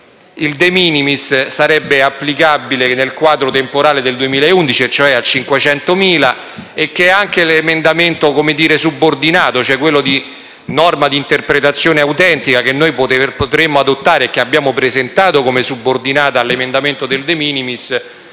il *de minimis* sarebbe applicabile nel quadro temporale del 2011, cioè a 500.000 euro, e che anche l'emendamento subordinato, la norma d'interpretazione autentica, che potremmo adottare e che abbiamo presentato come subordinato all'emendamento del *de minimis*,